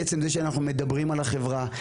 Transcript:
עצם זה שאנחנו מדברים על החברה.